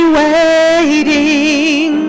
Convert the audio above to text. waiting